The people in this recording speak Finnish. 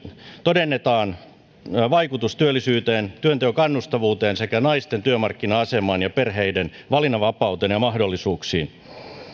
todennetaan vaikutus työllisyyteen työnteon kannustavuuteen sekä naisten työmarkkina asemaan ja perheiden valinnanvapauteen ja mahdollisuuksiin